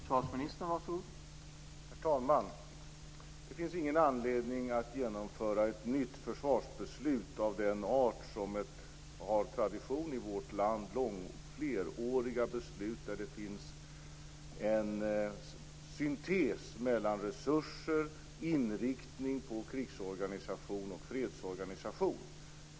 Herr talman! Det finns ingen anledning att genomföra ett nytt försvarsbeslut av den art som har tradition i vårt land, alltså fleråriga beslut där det finns en syntes mellan resurser och inriktning på krigsorganisation och fredsorganisation.